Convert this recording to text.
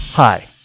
Hi